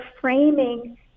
framing